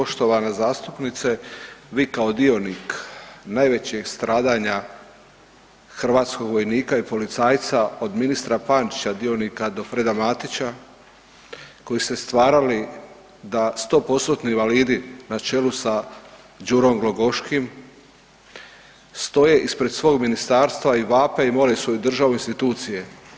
238., poštovana zastupnice vi kao dionik najvećih stradanja hrvatskog vojnika i policajca od ministra Pančića dionika do Freda Matića koji su stvarali da 100%-tni invalidi na čelu sa Đurom Glogoškim stoje ispred svog ministarstva i vape i mole svoju državu i institucije.